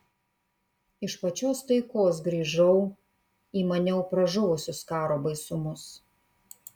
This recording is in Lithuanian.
iš pačios taikos grįžau į maniau pražuvusius karo baisumus